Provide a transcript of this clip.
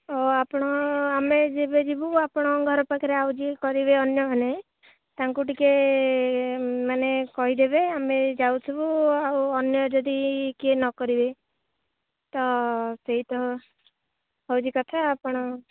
ହଉ ଆପଣ ଆମେ ଯେବେ ଯିବୁ ଆପଣଙ୍କ ଘର ପାଖରେ ଆଉ ଯିଏ କରିବେ ଅନ୍ୟମାନେ ତାଙ୍କୁ ଟିକିଏ ମାନେ କହିଦେବେ ଆମେ ଯାଉଥିବୁ ଆଉ ଅନ୍ୟ ଯଦି କିଏ ନ କରିବେ ତ ସେଇ ତ ହେଉଛି କଥା ଆପଣ